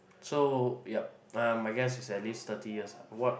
so yup uh my guess is at least thirty years ah what